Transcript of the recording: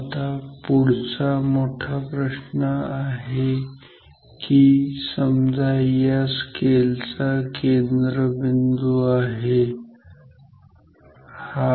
आता पुढचा मोठा प्रश्न आहे की समजा हा या स्केल चा केंद्रबिंदू आहे ठीक आहे